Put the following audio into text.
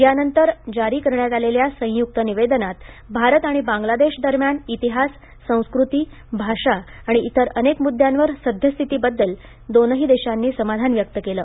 यानंतर जारी करण्यात आलेल्या संयुक्त निवेदनात भारत आणि बांग्लादेश दरम्यान इतिहास संस्कृती भाषा आणि इतर अनेक मुद्यांवर सद्यस्थितीबद्दल दोनही देशांनी समाधान व्यक्त केलं